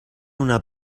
una